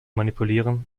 manipulieren